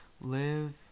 live